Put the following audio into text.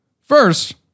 First